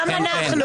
גם אנחנו.